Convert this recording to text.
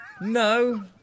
No